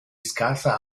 scarsa